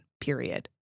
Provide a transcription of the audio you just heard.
period